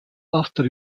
after